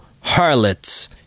harlots